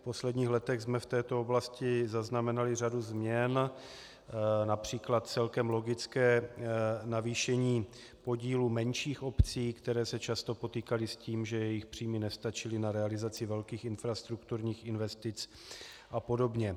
V posledních letech jsme v této oblasti zaznamenali řadu změn, například celkem logické navýšení podílu menších obcí, které se často potýkaly s tím, že jejich příjmy nestačily na realizaci velkých infrastrukturních investic a podobně.